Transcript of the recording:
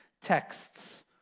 texts